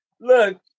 Look